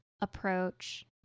approach